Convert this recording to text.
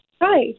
Hi